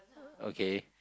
okay